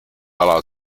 alal